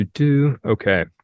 Okay